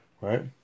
right